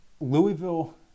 Louisville